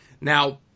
Now